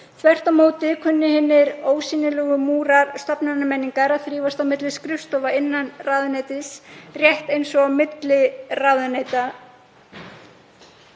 Þvert á móti kunna hinir ósýnilegu múrar stofnanamenningar að þrífast milli skrifstofa innan ráðuneytis rétt eins og á milli ráðuneyta.